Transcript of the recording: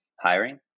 hiring